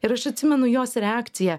ir aš atsimenu jos reakciją